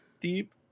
deep